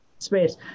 space